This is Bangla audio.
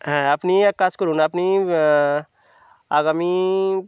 হ্যাঁ আপনি এক কাজ করুন আপনি আগামী